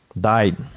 died